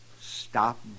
Stop